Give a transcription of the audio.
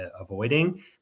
avoiding